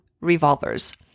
revolvers